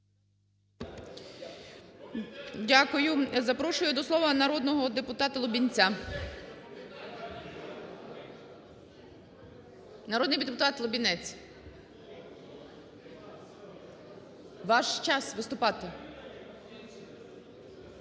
Дякую. Запрошую до слова народного депутатаЛубінця. Народний депутат Лубінець, ваш час виступати.